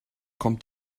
kommt